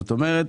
זאת אומרת,